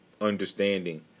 understanding